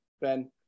Ben